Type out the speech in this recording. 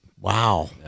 Wow